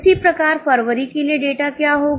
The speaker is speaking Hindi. उसी प्रकार फरवरी के लिए डेटा क्या होगा